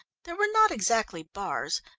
there were not exactly bars,